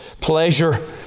pleasure